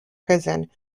prison